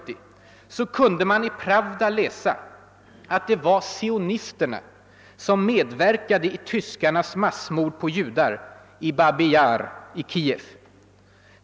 I mars i år kunde man i Pravda läsa att det var »sionisterna» som medverkade i tyskarnas massmord på judar i Babij Jaar i Kiev.